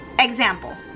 example